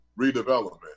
redevelopment